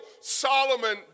Solomon